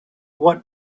what